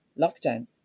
lockdown